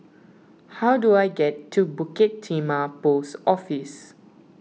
how do I get to Bukit Timah Post Office